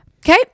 Okay